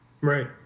Right